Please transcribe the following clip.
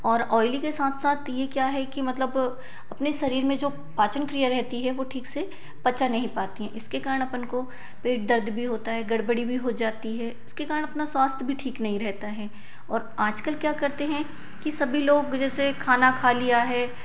और ऑयली के साथ साथ ये क्या है कि मतलब अपने शरीर में जो पाचन क्रिया रहती है वो ठीक से पचा नहीं पाती है इसके कारण अपन को पेट दर्द भी होता है गड़बड़ी भी हो जाती है इसके कारण अपना स्वास्थ्य भी ठीक नहीं रहता है और आज कल क्या करते हैं कि सभी लोग जैसे खाना खा लिया है